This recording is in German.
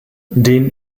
den